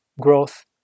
growth